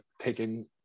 taking